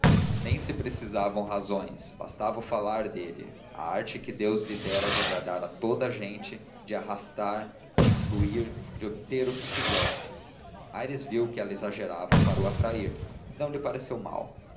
nem se precisavam razões bastava o falar dele a arte que deus lhe dera de agradar a toda a gente de a arrastar de influir de obter o que quisesse aires viu que ela exagerava para o atrair e não lhe pareceu mal